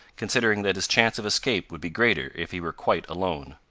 considering that his chance of escape would be greater if he were quite alone.